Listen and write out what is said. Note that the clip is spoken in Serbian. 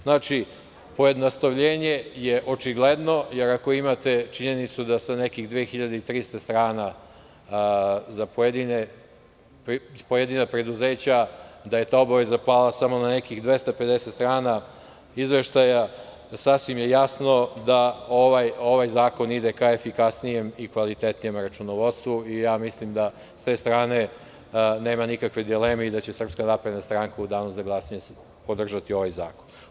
Znači, pojednostavljenje je očigledno, jer ako imate činjenicu da sa nekih 2.300 strana za pojedina preduzeća, da je ta obaveza pala samo na nekih 250 strana izveštaja, sasvim je jasno da ovaj zakon ide ka efikasnijem i kvalitetnijem računovodstvu i ja mislim da sa te strane nema nikakve dileme i da će Srpska napredna stranka u danu za glasanje podržati ovaj zakon.